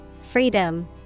Freedom